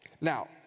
Now